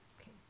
Okay